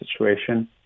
situation